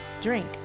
Drink